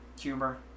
humor